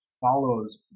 follows